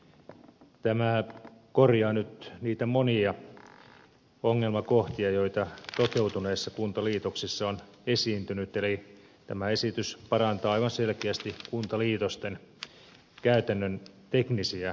tämä korjaa nyt niitä monia ongelmakohtia joita toteutuneissa kuntaliitoksissa on esiintynyt eli tämä esitys parantaa aivan selkeästi kuntaliitosten käytännön teknisiä edellytyksiä